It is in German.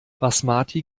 basmati